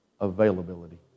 Availability